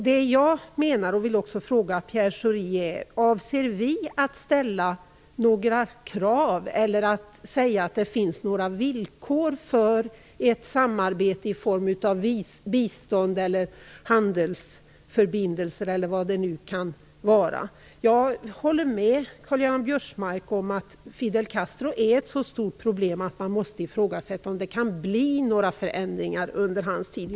Det jag menar och även vill fråga Pierre Schori om är: Avser vi att ställa några krav eller att säga att det finns några villkor för ett samarbete i form av bistånd, handelsförbindelser eller vad det kan vara? Jag håller med Karl-Göran Biörsmark om att Fidel Castro är ett så stort problem att man måste ifrågasätta om det kan bli några förändringar under hans tid.